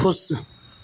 खुश